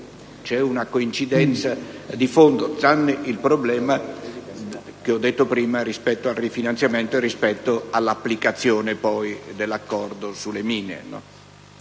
c'è una coincidenza di fondo, escludendo il problema citato prima rispetto al rifinanziamento e all'applicazione dell'Accordo sulle mine.